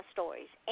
Stories